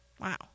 Wow